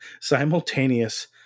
simultaneous